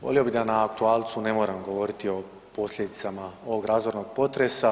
Volio bih da na aktualcu ne moram govoriti o posljedicama ovog razornog potresa.